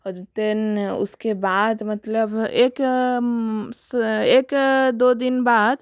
उसके बाद मतलब एक एक दो दिन बाद